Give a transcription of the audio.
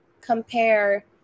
compare